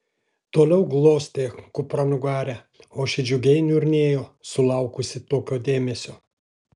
toliau glostė kupranugarę o ši džiugiai niurnėjo sulaukusi tokio dėmesio